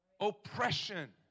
oppression